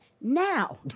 now